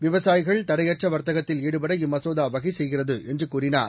விவசாயிகள் தடையற்ற வர்த்தகத்தில் ஈடுபட இம்மசோதா வகை செய்கிறது என்று கூறினார்